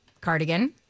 Cardigan